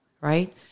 Right